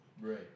Right